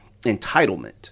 entitlement